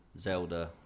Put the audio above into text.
Zelda